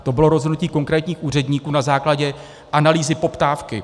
To bylo rozhodnutí konkrétních úředníků na základě analýzy poptávky.